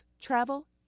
travel